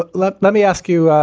ah let let me ask you,